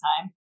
time